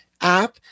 app